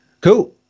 Cool